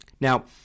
Now